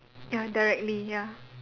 ya directly ya